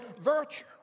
virtue